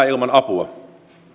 ilman apua